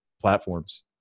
platforms